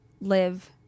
live